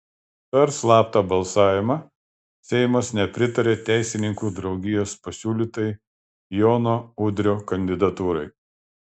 per slaptą balsavimą seimas nepritarė teisininkų draugijos pasiūlytai jono udrio kandidatūrai